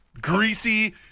greasy